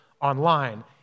online